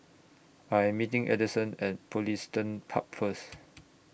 I Am meeting Adison At Pugliston Park First